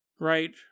Right